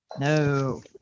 No